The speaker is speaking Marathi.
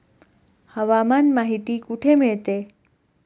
हवामान माहिती कुठे मिळते?